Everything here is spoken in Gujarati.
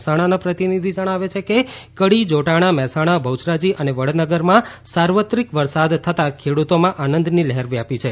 મહેસાણાના પ્રતિનિધિ જણાવે છે કે કડી જોટાણા મહેસાણા બહ્યરાજી અને વડનગરમાં સાર્વત્રિક વરસાદ થતા ખેડૂતોમાં આનંદની લહેર વ્યાપી છે